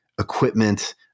equipment